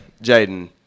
Jaden